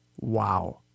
wow